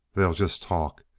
they'll just talk.